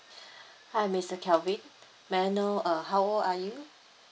hi mister kelvin may I know uh how old are you